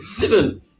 Listen